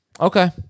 Okay